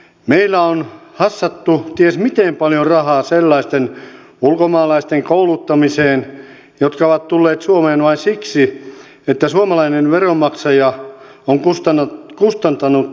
meillä on hassattu ties miten paljon rahaa sellaisten ulkomaalaisten kouluttamiseen jotka ovat tulleet suomeen vain siksi että suomalainen veronmaksaja on kustantanut heidän opintonsa